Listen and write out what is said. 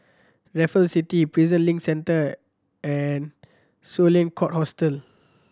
Raffles City Prison Link Centre and Sloane Court Hotel